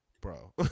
Bro